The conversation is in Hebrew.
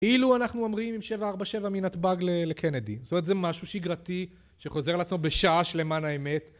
אילו אנחנו אומרים עם 747 מנתב"ג לקנדי.זאת אומרת זה משהו שגרתי שחוזר על עצמו בשעה שלמען האמת.